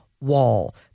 Wall